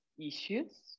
issues